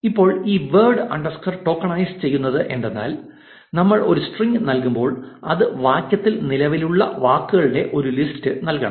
ഇപ്പോൾ ഈ word underscore tokenise ചെയ്യുന്നത് എന്തെന്നാൽ നമ്മൾ ഒരു സ്ട്രിംഗ് നൽകുമ്പോൾ അത് വാക്യത്തിൽ നിലവിലുള്ള വാക്കുകളുടെ ഒരു ലിസ്റ്റ് നൽകണം